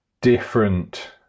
different